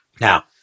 Now